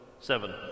Seven